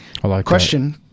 question